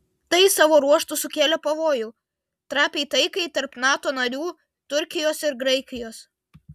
tai savo ruožtu sukėlė pavojų trapiai taikai tarp nato narių turkijos ir graikijos